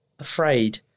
afraid